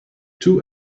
two